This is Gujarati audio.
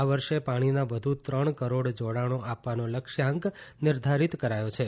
આ વર્ષે પાણીના વધુ ત્રણ કરોડ જોડાણો આપવાનો લક્ષ્યાંક નિર્ધારિત કરાયો છે